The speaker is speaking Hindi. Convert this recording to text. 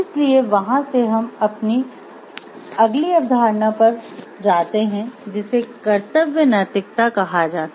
इसलिए वहां से हम अगली अवधारणा पर जाते हैं जिसे कर्तव्य नैतिकता कहा जाता है